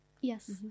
Yes